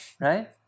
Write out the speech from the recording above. Right